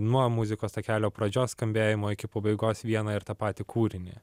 nuo muzikos takelio pradžios skambėjimo iki pabaigos vieną ir tą patį kūrinį